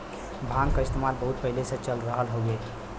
भांग क इस्तेमाल बहुत पहिले से चल रहल हउवे